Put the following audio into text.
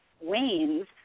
wanes